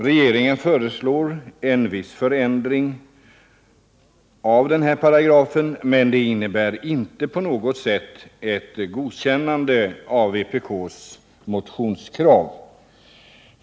Regeringen föreslår en viss förändring av den här paragrafen, men det innebär inte på något sätt ett godkännande av vpk:s motionskrav.